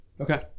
Okay